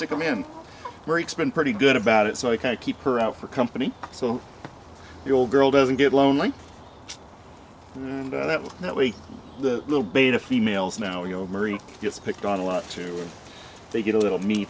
them in breaks been pretty good about it so i keep her out for company so the old girl doesn't get lonely and that was that way that little beta females now you know marie gets picked on a lot too they get a little me